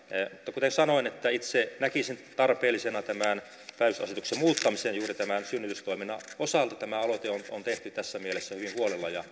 kuten sanoin itse näkisin tarpeellisena tämän päivystysasetuksen muuttamisen juuri tämän synnytystoiminnan osalta tämä aloite on tehty tässä mielessä hyvin huolella ja